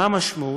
מה המשמעות?